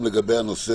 לגבי נושא